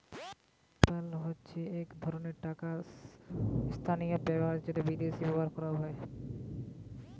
PayPal হচ্ছে এক ধরণের টাকা স্থানান্তর ব্যবস্থা যেটা বিদেশে ব্যবহার হয়